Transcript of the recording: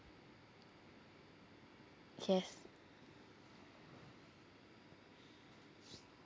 yes